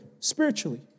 spiritually